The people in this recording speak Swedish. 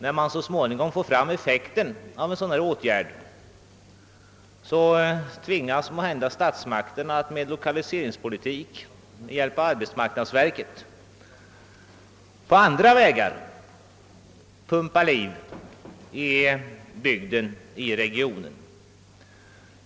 När så småningom effekterna visar sig av dessa åtgärder, tvingas måhända statsmakterna att med lokaliseringspolitik bjälpa arbetsmarknadsverket att på andra vägar pumpa liv i denna region.